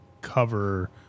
cover